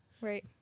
Right